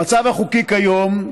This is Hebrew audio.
במצב החוקי כיום,